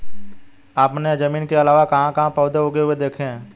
आपने जमीन के अलावा कहाँ कहाँ पर पौधे उगे हुए देखे हैं?